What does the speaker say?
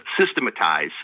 systematize